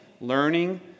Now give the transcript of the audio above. learning